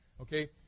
okay